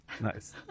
Nice